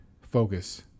focus